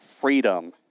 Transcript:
freedom